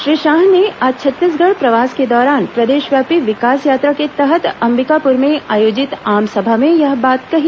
श्री शाह ने आज छत्तीसगढ़ प्रवास के दौरान प्रदेशव्यापी विकास यात्रा के तहत अंबिकापुर में आयोजित आमसभा में यह बात कही